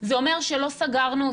זה אומר שלא סגרנו אותם.